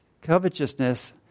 Covetousness